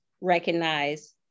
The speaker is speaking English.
recognize